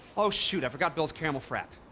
oh shoot! i forgot bill's caramel frappe.